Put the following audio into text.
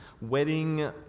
Wedding